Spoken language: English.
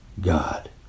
God